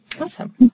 awesome